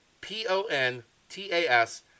P-O-N-T-A-S